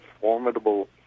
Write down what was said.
formidable